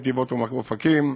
נתיבות ואופקים,